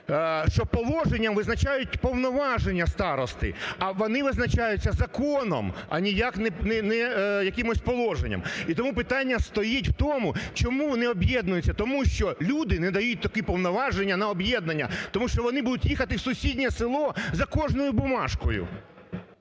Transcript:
що положенням визначають повноваження старости. А вони визначаються законом, а ніяк не якимось положенням. І тому питання стоїть в тому, чому вони об'єднуються? Тому що люди не дають такі повноваження на об'єднання, тому що вони будуть їхати в сусіднє село за кожною бумажкою.